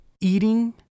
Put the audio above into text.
eating